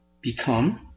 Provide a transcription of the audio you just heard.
become